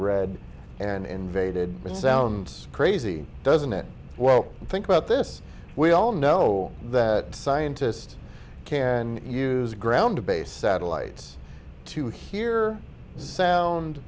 read and invaded it sounds crazy doesn't it well think about this we all know that scientists can use ground based satellites to hear sound